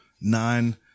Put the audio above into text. nine